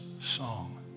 song